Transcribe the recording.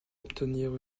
obtenir